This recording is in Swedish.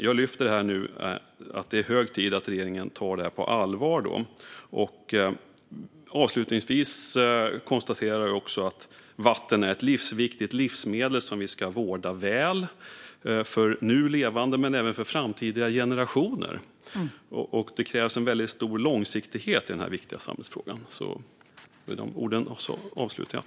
Jag lyfter det här nu därför att det är hög tid att regeringen tar detta på allvar. Avslutningsvis konstaterar jag att vatten är ett livsviktigt livsmedel som vi ska vårda väl för nu levande men även för framtida generationer. Det krävs en väldigt stor långsiktighet i denna viktiga samhällsfråga.